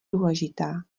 důležitá